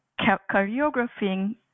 choreographing